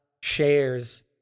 shares